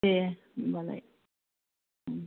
दे होमबालाय